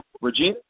Regina